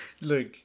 Look